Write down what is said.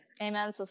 Amen